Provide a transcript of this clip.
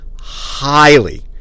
highly